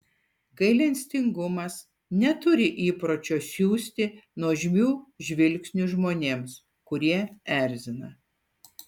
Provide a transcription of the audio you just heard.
gailestingumas neturi įpročio siųsti nuožmių žvilgsnių žmonėms kurie erzina